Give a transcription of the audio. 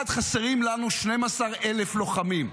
אחד, חסרים לנו 12,000 לוחמים,